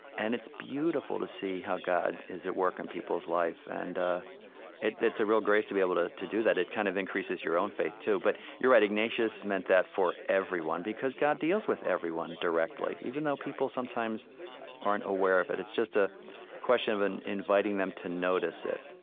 and it's beautiful to see how god is at work in people's life, and it's a real grace to be able to to do that. it kind of increases your own faith too. but you're right. ignatius meant that for everyone because god deals with everyone directly, even though people sometimes aren't aware of it. it's just a question of and inviting them to notice it,